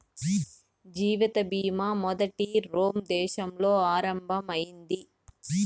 జీవిత బీమా మొదట రోమ్ దేశంలో ఆరంభం అయింది